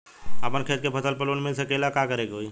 अपना खेत के फसल पर लोन मिल सकीएला का करे के होई?